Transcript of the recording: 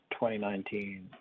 2019